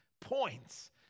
points